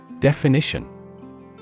Definition